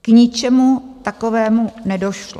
K ničemu takovému nedošlo.